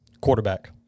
Quarterback